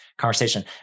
Conversation